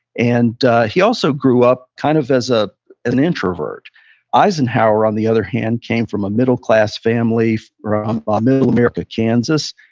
and he also grew up kind of as ah an introvert eisenhower on the other hand came from a middle-class family from um ah middle america kansas.